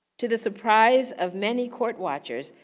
to the surprise of many court watchers,